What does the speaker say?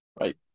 Right